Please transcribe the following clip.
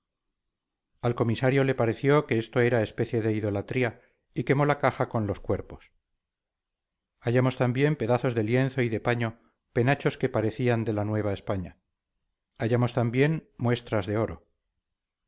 al comisario le pareció que esto era especie de idolatría y quemó la caja con los cuerpos hallamos también pedazos de lienzo y de paño penachos que parecían de la nueva españa hallamos también muestras de oro